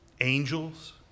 Angels